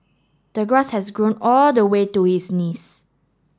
the grass has grown all the way to his knees